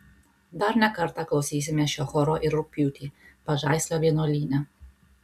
dar ne kartą klausysimės šio choro ir rugpjūtį pažaislio vienuolyne